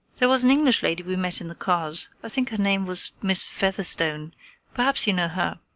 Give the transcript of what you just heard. there was an english lady we met in the cars i think her name was miss featherstone perhaps you know her.